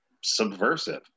subversive